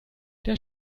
der